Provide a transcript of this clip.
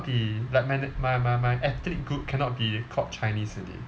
be like my my my ethnic group cannot be called chinese already